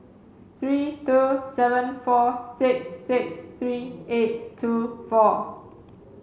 three two seven four six six three eight two four